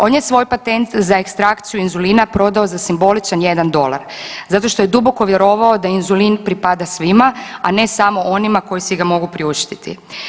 On je svoj patent za ekstrakciju inzulina prodao za simboličan jedan dolar, zato što je duboko vjerovao da inzulin pripada svima, a ne samo onima koji si ga mogu priuštiti.